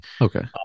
Okay